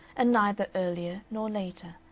and neither earlier nor later,